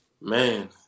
man